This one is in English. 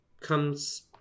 comes